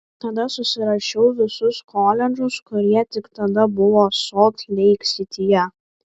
tada susirašiau visus koledžus kurie tik tada buvo solt leik sityje